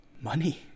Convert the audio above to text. Money